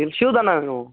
எனக்கு ஷூ தான்ணா வேணும்